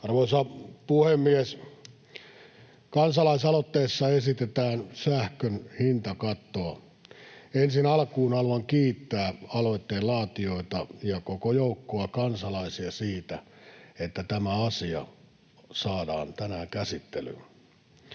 Arvoisa puhemies! Kansalaisaloitteessa esitetään sähkön hintakattoa. Ensin alkuun haluan kiittää aloitteen laatijoita ja koko joukkoa kansalaisia siitä, että tämä asia saadaan tänään käsittelyyn.